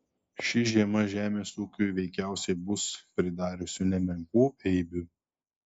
ši žiema žemės ūkiui veikiausiai bus pridariusi nemenkų eibių